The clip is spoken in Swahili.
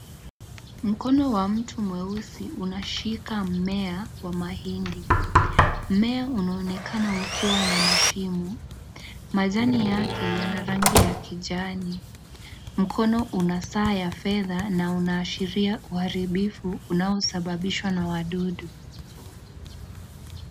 Mkono wa mtu mweusi unashika mmea wa mahindi. Mmea unaonekana ukiwa na mashimo. Majani yake yana rangi ya kijani. Mkono una saa ya fedha na unaashiria uharibifu unaosababishwa na wadudu.